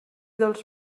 dels